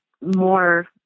more